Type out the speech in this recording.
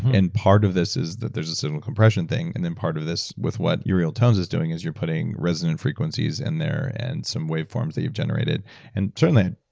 and part of this is that there's a certain compression thing, and then part of this with what your real tone is is doing is you're putting resonant frequencies in there and some waveforms that you've generated and certainly,